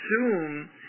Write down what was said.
assume